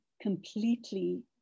completely